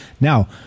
now